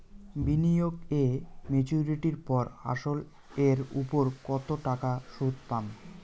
বিনিয়োগ এ মেচুরিটির পর আসল এর উপর কতো টাকা সুদ পাম?